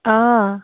অঁ